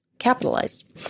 capitalized